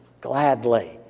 gladly